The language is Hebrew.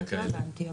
לא הבנתי,